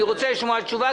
אני רוצה לשמוע תשובה.